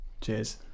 cheers